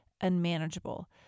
unmanageable